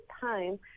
time